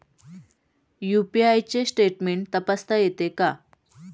UPI चे statement तपासता येते का?